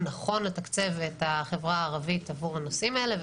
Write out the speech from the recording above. נכון לתקצב את החברה הערבית עבור הנושאים האלה.